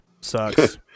Sucks